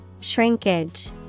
Shrinkage